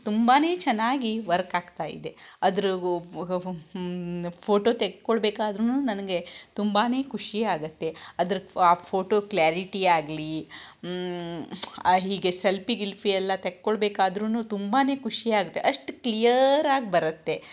ತುಂಬಾ ಚೆನ್ನಾಗಿ ವರ್ಕ್ ಆಗ್ತಾ ಇದೆ ಅದು ಫೋಟೋ ತೆಕ್ಕೊಳ್ಬೇಕಾದ್ರೂ ನನಗೆ ತುಂಬಾ ಖುಷಿ ಆಗುತ್ತೆ ಅದರ ಆ ಫೋಟೋ ಕ್ಲಾರಿಟಿ ಆಗಲಿ ಹೀಗೆ ಸೆಲ್ಫಿ ಗಿಲ್ಫಿ ಎಲ್ಲ ತೆಕ್ಕೊಳ್ಬೇಕಾದ್ರೂ ತುಂಬಾ ಖುಷಿ ಆಗತ್ತೆ ಅಷ್ಟು ಕ್ಲಿಯರ್ ಆಗಿ ಬರುತ್ತೆ